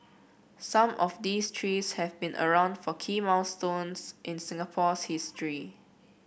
some of these trees have been around for key milestones in Singapore's history